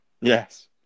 yes